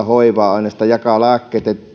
hoivaa ainoastaan jakavat lääkkeet ja